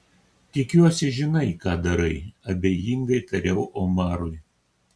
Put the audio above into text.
tikiuosi žinai ką darai abejingai tariau omarui